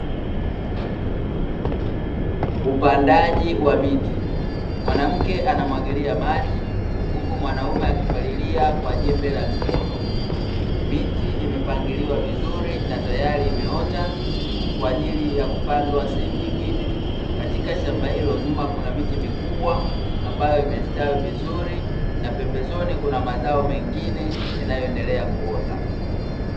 Upandaji wa miti, mwanamke anamwagilia maji, huku mwanaume akipalilia kwa jembe la mkono, miti imepangiliwa vizuri na tayari imeota kwa ajili ya kupandwa sehemu nyingine, katika shamba hilo nyuma kuna miti mikubwa ambayo imestawi vizuri, na pembezoni kuna mazao mengine yanayoendelea kuota.